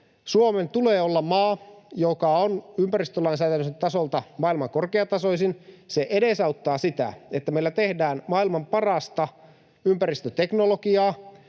Suomen tulee olla maa, joka on ympäristölainsäädäntönsä tasolta maailman korkeatasoisin. Se edesauttaa sitä, että meillä tehdään maailman parasta ympäristöteknologiaa,